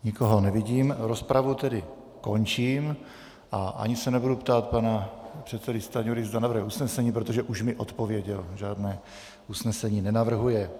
Nikoho nevidím, rozpravu tedy končím a ani se nebudu ptát pana předsedy Stanjury, zda navrhuje usnesení, protože už mi odpověděl, žádné usnesení nenavrhuje.